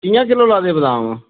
कि'यां किलो लाए दे बदाम